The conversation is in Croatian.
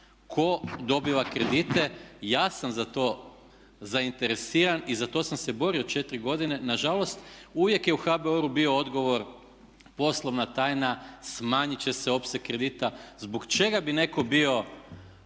tko dobiva kredite, ja sam za to zainteresiran i za to sam se borio 4 godine. Nažalost, uvijek je u HBOR-u bio odgovor, poslovna tajna, smanjiti će se opseg kredita. Zbog čega bi netko bio